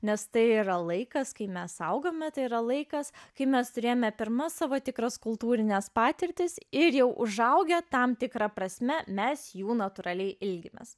nes tai yra laikas kai mes saugome tai yra laikas kai mes turėjome pirma savo tikras kultūrines patirtis ir jau užaugę tam tikra prasme mes jų natūraliai ilgimės